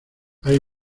hay